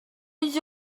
ulls